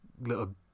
little